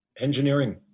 Engineering